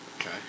okay